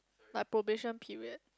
like probation period